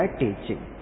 teaching